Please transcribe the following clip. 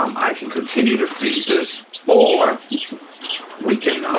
um i can continue to freeze this or we can